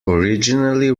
originally